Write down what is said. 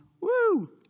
Woo